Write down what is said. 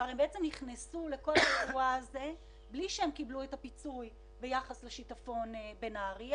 הם נכנסו לכל האירוע הזה בלי שהם קיבלו את הפיצוי ביחס לשיטפון בנהריה,